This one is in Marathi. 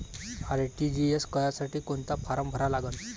आर.टी.जी.एस करासाठी कोंता फारम भरा लागन?